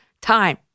time